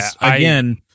again